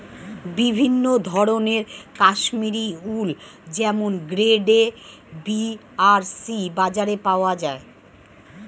বিভিন্ন ধরনের কাশ্মীরি উল যেমন গ্রেড এ, বি আর সি বাজারে পাওয়া যায়